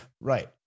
Right